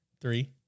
Three